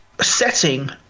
setting